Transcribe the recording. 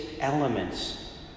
elements